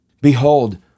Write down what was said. Behold